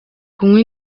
kunywa